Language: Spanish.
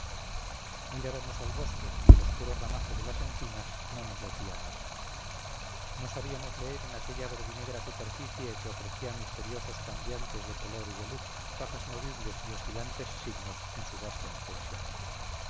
pedantes mirábamos al bosque y el oscuro ramaje de las encinas no nos decía nada no sabíamos leer en aquella verdinegra superficie que ofrecía misteriosos cambiantes de color y de luz fajas movibles y oscilantes signos en su vasta extensión